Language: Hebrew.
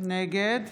נגד